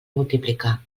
multiplicar